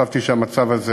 חשבתי שהמצב הזה